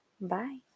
Bye